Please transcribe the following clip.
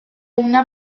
una